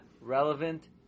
relevant